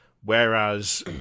Whereas